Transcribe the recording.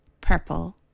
purple